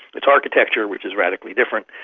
its architecture, which is radically different.